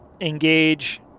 engage